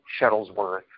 Shuttlesworth